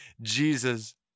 Jesus